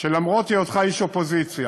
שלמרות היותך איש אופוזיציה